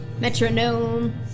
Metronome